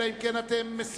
אלא אם כן אתם מסירים.